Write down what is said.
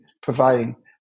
providing